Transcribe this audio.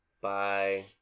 Bye